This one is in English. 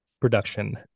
production